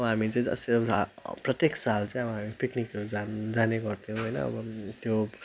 अब हामी चाहिँ जसरी प्रत्येक साल चाहिँ अब हामी पिक्निकहरू जान जाने गर्थ्यौँ होइन अब त्यो